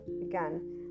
again